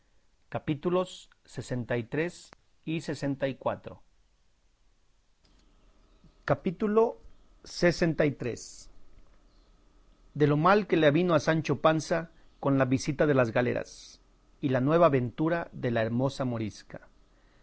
dirá en el siguiente capítulo capítulo lxiii de lo mal que le avino a sancho panza con la visita de las galeras y la nueva aventura de la hermosa morisca